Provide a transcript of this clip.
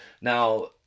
Now